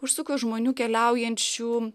užsuka žmonių keliaujančių